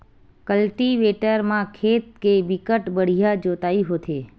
cultivator म खेत के बिकट बड़िहा जोतई होथे